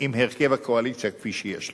עם הרכב הקואליציה כפי שיש לו.